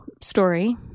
story